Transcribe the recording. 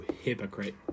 hypocrite